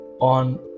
on